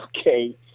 okay